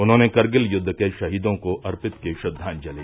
उन्होंने करगिल युद्ध के शहीदों को अर्पित की श्रद्वांजलि